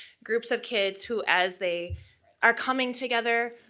groups of kids who, as they are coming together,